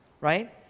right